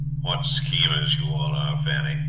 what schemers you all are, fanny!